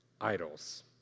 idols